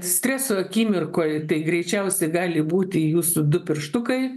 streso akimirkoj tai greičiausia gali būti jūsų du pirštukai